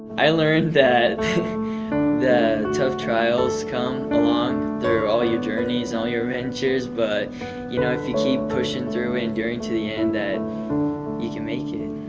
i learned that the tough trials come along through all your journeys, all your ventures but you know if you keep pushing through enduring to the end that you can make it,